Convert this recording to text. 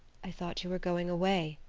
i thought you were going away,